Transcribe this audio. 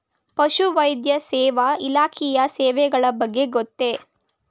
ಪಶುವೈದ್ಯ ಸೇವಾ ಇಲಾಖೆಯ ಸೇವೆಗಳ ಬಗ್ಗೆ ಗೊತ್ತೇ?